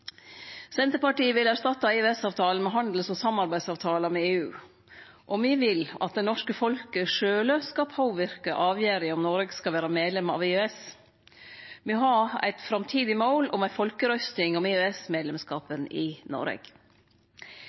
Senterpartiet vil erstatte EØS-avtalen med handels- og samarbeidsavtalar med EU, og me vil at det norske folket sjølv skal påverke avgjerda om Noreg skal vere medlem av EØS. Me har eit framtidig mål om ei folkerøysting om EØS-medlemskapen i Noreg.